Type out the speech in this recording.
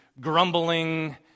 grumbling